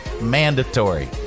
Mandatory